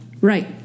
right